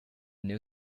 new